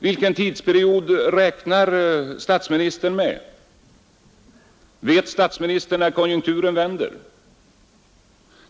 Vilken tidsperiod räknar statsministern med? Vet statsministern när konjunkturen vänder?